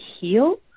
heal